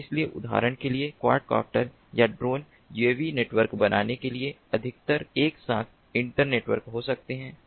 इसलिए उदाहरण के लिए क्वाड कॉप्टर या ड्रोन यूएवी नेटवर्क बनाने के लिए अधिकतर एक साथ इंटरनेटवर्क हो सकते हैं